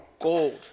gold